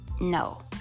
no